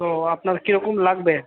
তো আপনার কিরকম লাগবে